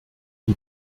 die